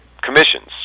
commissions